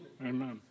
amen